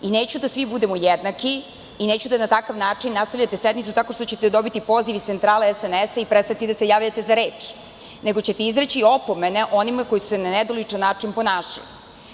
Neću da svi budemo jednaki, neću da na takav način nastavljamo sednicu, tako što ćete dobiti poziv iz centrale SMS i prestati da se javljate za reč, nego ćete izreći opomene onima koji se na nedoličan način ponašaju.